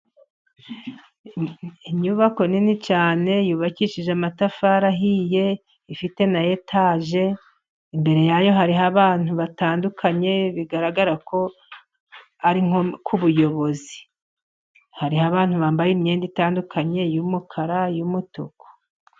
Inyubako nini cyane yubakishije amatafari ahiye. Ifite na etaje. Imbere yayo hariho abantu batandukanye bigaragara ko, ari nko kubuyobozi. Hariho abantu bambaye imyenda itandukanye iy'umukara, iy'umutuku.